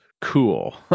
cool